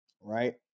Right